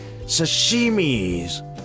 sashimis